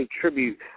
tribute